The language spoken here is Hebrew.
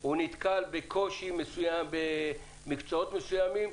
הוא נתקל בקושי במקצועות מסוימים?